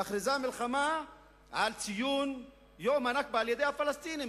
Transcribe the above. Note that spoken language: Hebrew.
מכריזה מלחמה על ציון יום ה"נכבה" על-ידי הפלסטינים,